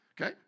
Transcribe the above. Okay